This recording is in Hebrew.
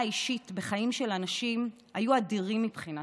האישית בחיים של אנשים היו אדירים מבחינתי,